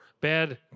bad